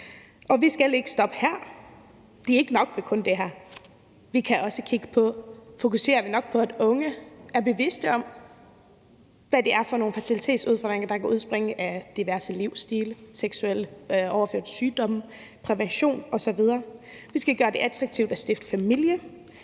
Vi skal ikke stoppe her. Det er ikke nok med kun det her. Vi kan også kigge på, om vi fokuserer nok på, at unge er bevidste om, hvad det er for nogle fertilitetsudfordringer, der kan udspringe af diverse livsstile, seksuelt overførte sygdomme, prævention osv. Vi skal gøre det attraktivt at stifte familie